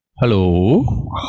Hello